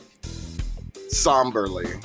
somberly